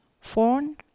phone